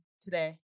today